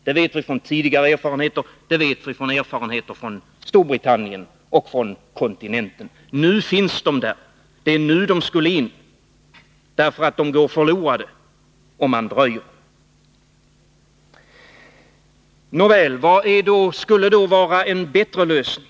Det vet vi av tidigare erfarenheter och av erfarenheter från Storbritannien och från kontinenten. Nu finns människorna där. Det är nu de skall in i arbete, eftersom de går förlorade om man dröjer. Nåväl, vad skulle då vara en bättre lösning?